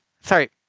Sorry